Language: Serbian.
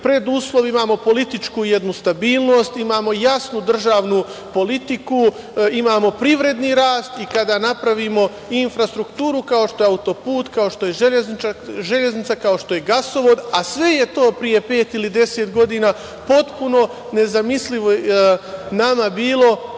preduslov, imamo političku jednu stabilnost, imamo jasnu državnu politiku, imamo privredni rast i kada napravimo infrastrukturu, kao što je autoput, kao što je železnica, kao što je gasovod, a sve je to pre pet ili deset godina potpuno nezamislivo nama bilo